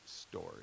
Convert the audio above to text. story